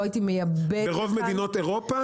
ברוב מדינות אירופה